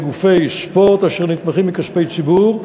גופי ספורט אשר נתמכים מכספי ציבור,